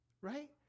right